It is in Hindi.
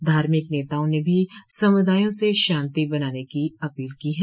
धार्मिक नेताओं ने भी समुदायों से शांति बनाने रखने की अपील की है